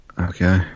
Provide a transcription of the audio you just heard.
Okay